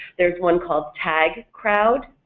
there's one called tagcrowd,